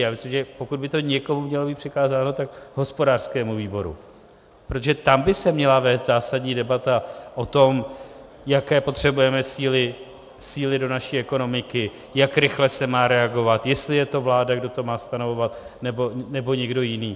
Já myslím, že pokud by to někomu mělo být přikázáno, tak hospodářskému výboru, protože tam by se měla vést zásadní debata o tom, jaké potřebujeme síly, síly do naší ekonomiky, jak rychle se má reagovat, jestli je to vláda, kdo to má stanovovat, nebo někdo jiný.